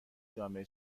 جامعه